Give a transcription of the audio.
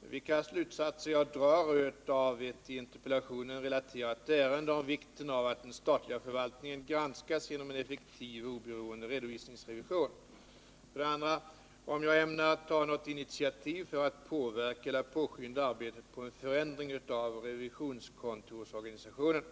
vilka slutsatser jag drar av ett i interpellationen relaterat ärende om vikten av att den statliga förvaltningen granskas genom en effektiv och oberoende redovisningsrevision, 2. om jag ämnar ta något initiativ för att påverka eller påskynda arbetet på en förändring av revisionskontorsorganisationen.